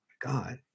god